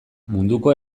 munduko